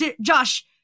Josh